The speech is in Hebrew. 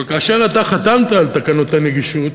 אבל כאשר חתמת על תקנות הנגישות